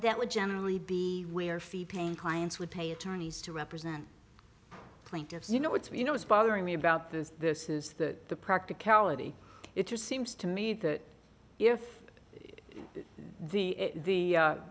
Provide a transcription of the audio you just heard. that would generally be where fee paying clients would pay attorneys to represent plaintiffs you know what you know is bothering me about this this is that the practicality it just seems to me that if it's the